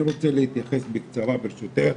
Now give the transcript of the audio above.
אני רוצה להתייחס, ברשותך,